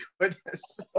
goodness